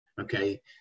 okay